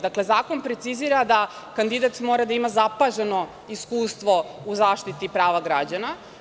Dakle, zakon precizira da kandidat mora da ima zapaženo iskustvo u zaštiti prava građana.